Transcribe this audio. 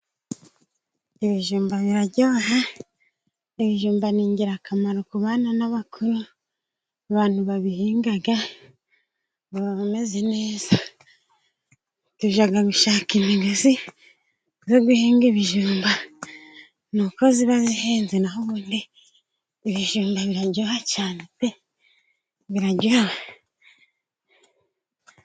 Ibijumba biraryoha, ibijumba ni ingirakamaro ku bana n'abakuru. Abantu babihinga baba bameze neza. Bajya gushaka imogozi yo guhinga ibijumba, nuko iba ihenze naho ubundi ibijuma biraryoha cyane pe biraryoha.